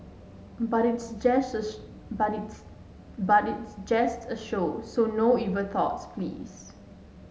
but it's just but it's but it's just a show so no evil thoughts please